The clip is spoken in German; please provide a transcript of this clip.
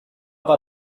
war